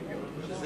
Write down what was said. זה